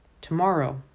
Tomorrow